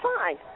fine